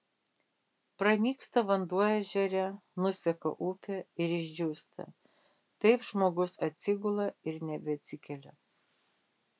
pranyksta vanduo ežere nuseka upė ir išdžiūsta taip žmogus atsigula ir nebeatsikelia